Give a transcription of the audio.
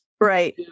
right